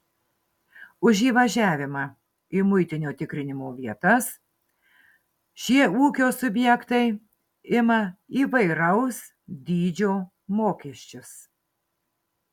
už įvažiavimą į muitinio tikrinimo vietas šie ūkio subjektai ima įvairaus dydžio mokesčius